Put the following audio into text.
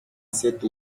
cette